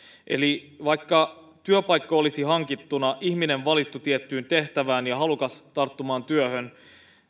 eli vaikka työpaikka olisi hankittuna ihminen valittu tiettyyn tehtävään ja halukas tarttumaan työhön